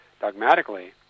dogmatically